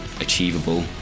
achievable